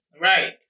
Right